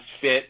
fit